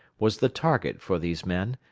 was the target for these men,